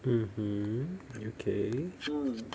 mmhmm okay